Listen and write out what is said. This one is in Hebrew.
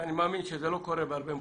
ואני מאמין שזה לא קורה בהרבה מקומות,